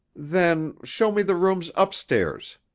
then show me the rooms upstairs.